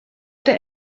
der